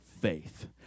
faith